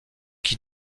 qui